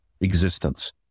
existence